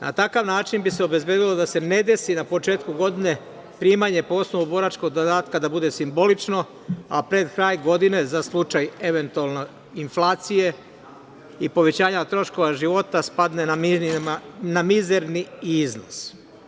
Na takav način bi se obezbedilo da se ne desi na početku godine primanje po osnovu boračkog dodatka da bude simbolično, a pred kraj godine za slučaj eventualne inflacije i povećanja troškova života, spadne na mizerni iznos.